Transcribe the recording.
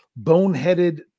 boneheaded